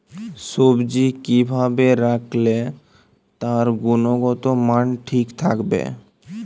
সবজি কি ভাবে রাখলে তার গুনগতমান ঠিক থাকবে?